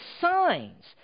signs